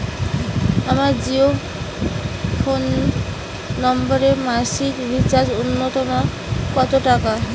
আমার জিও ফোন নম্বরে মাসিক রিচার্জ নূন্যতম কত টাকা?